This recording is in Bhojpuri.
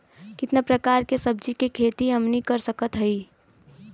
कितना प्रकार के सब्जी के खेती हमनी कर सकत हई?